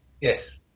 Yes